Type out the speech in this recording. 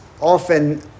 often